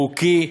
חוקי,